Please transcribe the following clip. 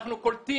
אנחנו גם קולטים.